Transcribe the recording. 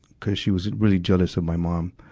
cuz she was really jealous of my mom.